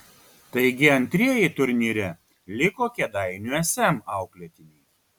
taigi antrieji turnyre liko kėdainių sm auklėtiniai